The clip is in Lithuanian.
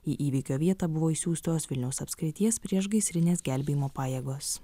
į įvykio vietą buvo išsiųstos vilniaus apskrities priešgaisrinės gelbėjimo pajėgos